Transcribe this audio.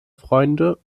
freunde